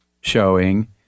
showing